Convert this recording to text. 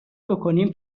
بکنیم